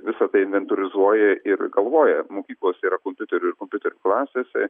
visą tai inventorizuoja ir galvoja mokyklose yra kompiuterių ir kompiuterių klasėse